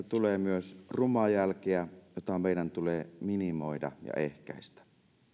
tulee myös rumaa jälkeä jota meidän tulee minimoida ja ehkäistä